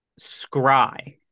scry